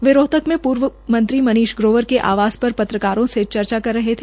वे रोहतक में पूर्व मंत्री मनीष ग्रोवर के आवास पर पत्रकारों से चर्चा कर रहे थे